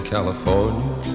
California